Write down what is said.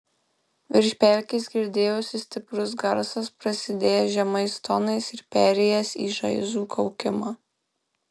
virš pelkės girdėjosi stiprus garsas prasidėjęs žemais tonais ir perėjęs į šaižų kaukimą